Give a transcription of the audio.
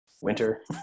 winter